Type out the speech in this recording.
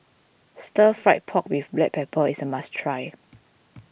Stir Fry Pork with Black Pepper is a must try